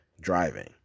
driving